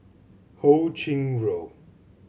Ho Ching Road